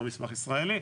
לא מסמך ישראלי,